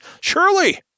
Surely